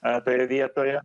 toje vietoje